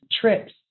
trips